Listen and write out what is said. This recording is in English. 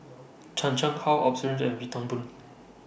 Chan Chang How Osbert and Wee Toon Boon